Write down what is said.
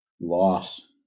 loss